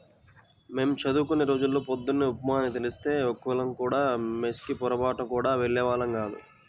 మేం చదువుకునే రోజుల్లో పొద్దున్న ఉప్మా అని తెలిస్తే ఒక్కళ్ళం కూడా మెస్ కి పొరబాటున గూడా వెళ్ళేవాళ్ళం గాదు